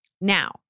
Now